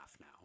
now